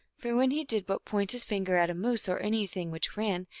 for when he did but point his finger at a moose, or anything which ran,